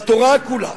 בתורה כולה,